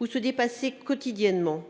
de laquelle se dépasser quotidiennement.